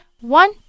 One